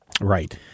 Right